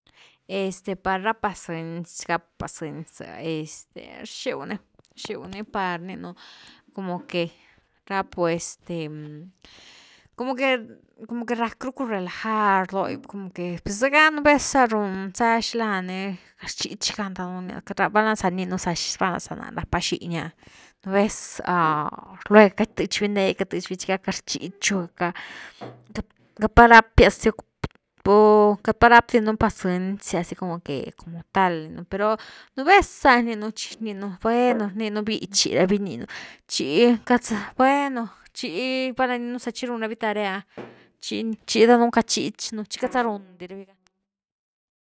Este par ra pacënci, gapu pacënci ze ah este rxiu ni, rxiu ni par gininu como que rapu este como que, como que rack rucku relajar doi, como que pues zega nú vez ah run za xilani galnxich ga danunu nia, val na za rninu za, val na za náh rapa xiña, nú vez lueg catëch vi ned, catëch vi, chi lacza rchichu lacza, queity pa rapias dicu, queity pa rapdi nú pacënciasi com que como tal rninu, pero nú vez za ninu chii rninu bueno rninu bichy ra’vi rninu chi queity za, nueno chi valna gininu za chi run ra’vi tare’a. chi-chi danunu cachich nú, chi queity sa run di ra’vi gan.